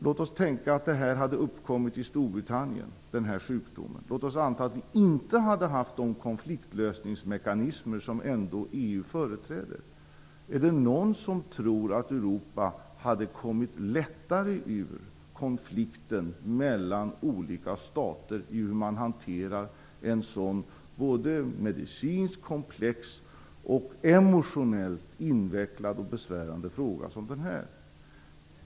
Låt oss tänka att den här sjukdomen hade uppkommit i Storbritannien och att vi inte hade haft de konfliktlösningsmekanismer som EU ändå företräder! Är det någon som tror att Europa hade kommit lättare ut ur konflikten mellan olika stater i en både medicinskt så komplex och emotionellt så invecklad och besvärande fråga som den här?